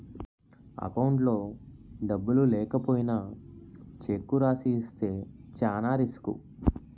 అకౌంట్లో డబ్బులు లేకపోయినా చెక్కు రాసి ఇస్తే చానా రిసుకు